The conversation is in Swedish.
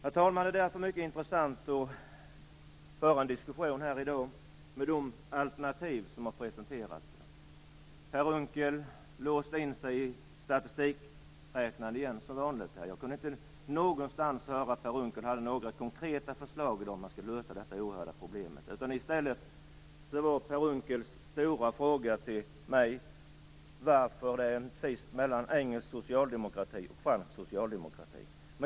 Det är därför mycket intressant att i dag föra en diskussion om de alternativ till lösning som har presenterats. Per Unckel låste som vanligt in sig i statistik. Jag kunde inte någonstans uppfatta att Per Unckel hade något konkret förslag till lösning på detta oerhörda problem. I stället var hans stora fråga till mig varför det finns en tvist mellan engelsk och fransk socialdemokrati.